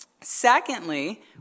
secondly